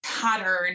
pattern